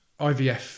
IVF